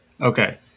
Okay